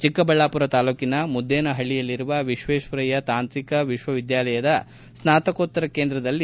ಚಿಕ್ಕಬಳ್ಳಾಮರ ತಾಲೂಕಿನ ಮುದ್ದೇನಹಳ್ಳಯಲ್ಲಿರುವ ವಿಶ್ವೇಶ್ವರಯ್ಕ ತಾಂತ್ರಿಕ ವಿಶ್ವವಿದ್ಯಾಲಯದ ಸ್ನಾತಕೋತ್ತರ ಕೇಂದ್ರದಲ್ಲಿ